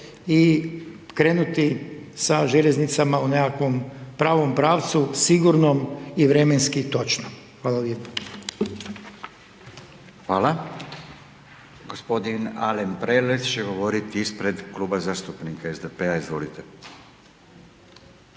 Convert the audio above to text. i krenuti sa željeznicama u nekakvom pravom pravcu sigurno i vremenski točno. Hvala lijepo. **Radin, Furio (Nezavisni)** Hvala. Gospodin Alen Prelec će govoriti ispred Kluba zastupnika SDP-a, izvolite.